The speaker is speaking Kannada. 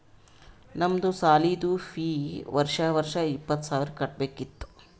ನಮ್ದು ಸಾಲಿದು ಫೀ ವರ್ಷಾ ವರ್ಷಾ ಇಪ್ಪತ್ತ ಸಾವಿರ್ ಕಟ್ಬೇಕ ಇತ್ತು